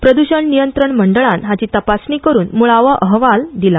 प्रद्शण नियंत्रण मंडळान हाची तपासणी करून मुळावो अहवाल दिला